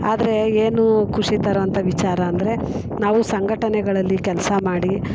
ಆದರೆ ಏನು ಖುಷಿ ತರೋ ಅಂತ ವಿಚಾರ ಅಂದರೆ ನಾವು ಸಂಘಟನೆಗಳಲ್ಲಿ ಕೆಲಸ ಮಾಡಿ